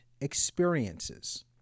Experiences